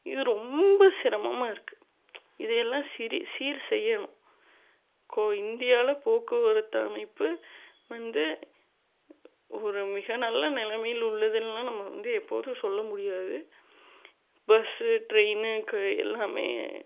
இது ரொம்ப சிரமமாக இருக்கு இதையெல்லாம் சிரி சீர் செய்யணும் கோ இந்தியாவில் போக்குவரத்து அமைப்பு வந்து ஒரு மிக நல்ல நிலைமையில் உள்ளதுன்லாம் நம்ம வந்து எப்போதும் சொல்ல முடியாது பஸ்ஸு ட்ரெயின்னு க எல்லாம்